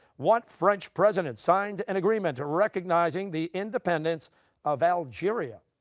what french president signed an agreement recognizing the independence of algeria?